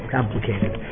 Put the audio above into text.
Complicated